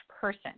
person